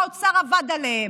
והאוצר עבד עליהם,